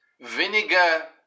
vinegar